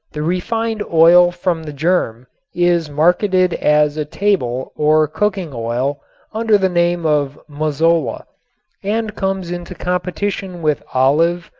the refined oil from the germ is marketed as a table or cooking oil under the name of mazola and comes into competition with olive,